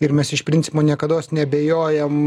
ir mes iš principo niekados neabejojam